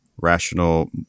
rational